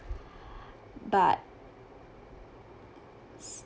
but